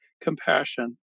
compassion